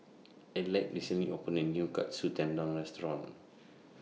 Adelaide recently opened A New Katsu Tendon Restaurant